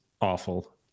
awful